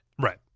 Right